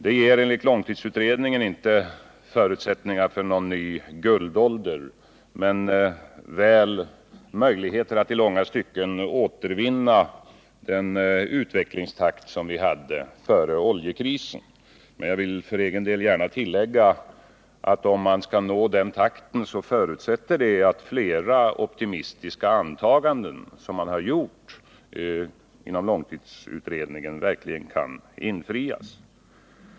Detta ger enligt långtidsutredningen inte förutsättningar för någon ny ”guldålder”, men väl möjligheter att ilånga stycken återvinna den utvecklingstakt som vi hade före oljekrisen. För egen del vill jag gärna tillägga att om man skall nå den takten, så förutsätter det att flera optimistiska antaganden som man har gjort inom långtidsutredningen verkligen kan infrias.